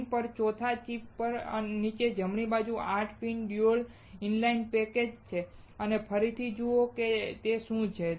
screen પર ચોથા chip પર નીચે જમણી બાજુ 8 પીન ડ્યુઅલ ઇનલાઇન પેકેજ છે અને ફરીથી તમે જુઓ કે તે શું છે